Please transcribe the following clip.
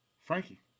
Frankie